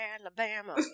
Alabama